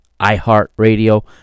iHeartRadio